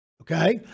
Okay